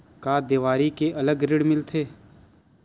का देवारी के अलग ऋण मिलथे?